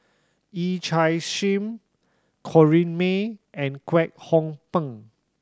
Yee Chia Hsing Corrinne May and Kwek Hong Png